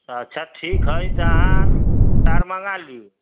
अच्छा ठीक छै तऽ अहाँ तार मँगाय ली